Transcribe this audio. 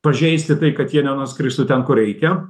pažeisti taip kad jie nenuskristų ten kur reikia